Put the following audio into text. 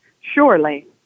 surely